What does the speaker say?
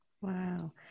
Wow